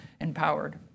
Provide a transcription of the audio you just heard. empowered